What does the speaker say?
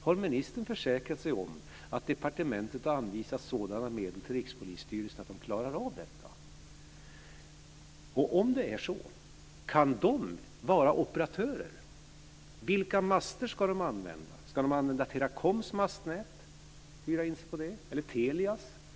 Har ministern försäkrat sig om att departementet har anvisat sådana medel till Rikspolisstyrelsen att man klarar av detta? Och om det är så, kan Rikspolisstyrelsen vara operatör? Vilka master ska man använda? Ska man hyra in sig på Teracoms mastnät och använda det? Eller Telias?